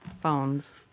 phones